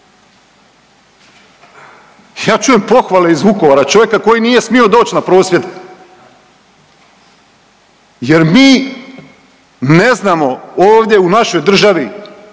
Ja čujem pohvale iz Vukovara, čovjeka koji nije smio doći na prosvjed, jer mi ne znamo ovdje u našoj državi